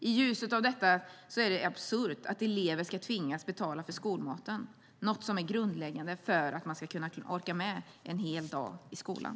I ljuset av detta är det absurt att elever ska tvingas betala för skolmaten, som ju är grundläggande för att man ska orka med en hel dag i skolan.